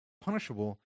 Punishable